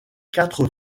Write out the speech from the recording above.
quatre